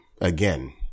Again